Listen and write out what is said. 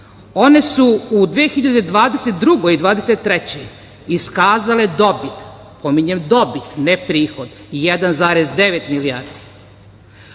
One su u 2022. i 2023. godini iskazale dobit, pominjem dobit, ne prihod, 1,9 milijardi.